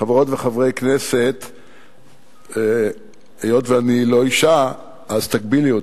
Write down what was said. חברות וחברי כנסת, היות שאני לא אשה, תגבילי אותי.